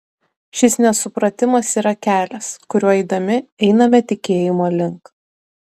šis nesupratimas yra kelias kuriuo eidami einame tikėjimo link